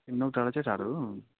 ए नोकडाँडा चाहिँ टाढो हो